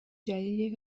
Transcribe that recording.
جدیدیه